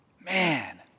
Man